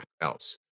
else